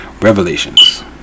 Revelations